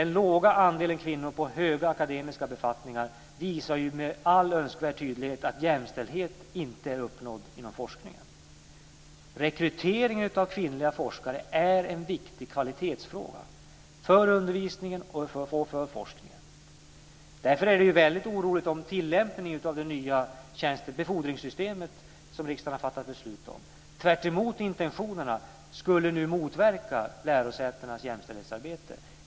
Den låga andelen kvinnor på höga akademiska befattningar visar med all önskvärd tydlighet att jämställd inte är uppnådd inom forskningen. Rekrytering av kvinnliga forskare är en viktig kvalitetsfråga för undervisningen och för forskningen. Därför är det väldigt oroande om tillämpningen av det nya befordringssystemet som riksdagen har fattat beslut om tvärtemot intentionerna skulle motverka lärosätenas jämställdhetsarbete.